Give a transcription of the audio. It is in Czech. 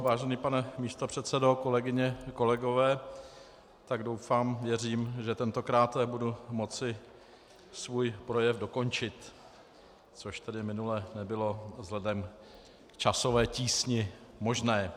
Vážený pane místopředsedo, kolegyně, kolegové, doufám, věřím, že tentokráte budu moci svůj projev dokončit, což minule nebylo vzhledem k časové tísni možné.